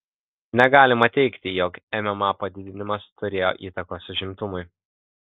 negalima teigti jog mma padidinimas turėjo įtakos užimtumui